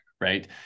right